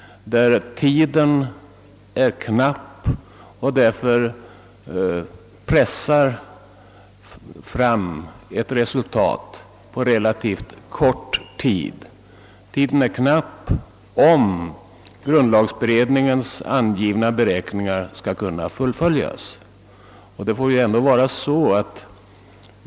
Tiden är knapp, om grundlagsberedningens tidsberäkningar är riktiga, och ett resultat måste därför pressas fram på relativt kort tid.